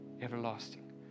everlasting